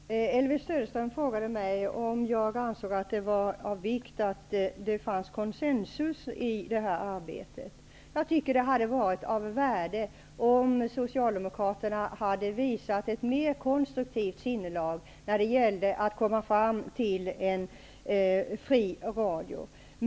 Fru talman! Elvy Söderström frågade mig om jag ansåg att det var av vikt att nå konsensus i det här arbetet. Jag tycker att det hade varit av värde om socialdemokraterna hade visat ett mer konstruktivt sinnelag när det gällde att komma fram till en fri radio.